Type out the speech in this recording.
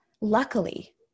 Luckily